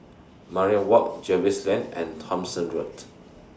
Mariam Walk Jervois Lane and Thomson Road